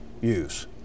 use